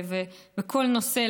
ובכל נושא,